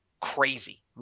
crazy